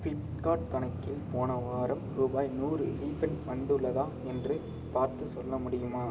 Flipkart கணக்கில் போன வாரம் ரூபாய் நூறு ரீஃபண்ட் வந்துள்ளதா என்று பார்த்துச் சொல்ல முடியுமா